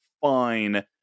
fine